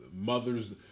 Mother's